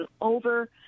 Over